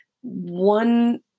One